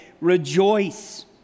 rejoice